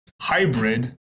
hybrid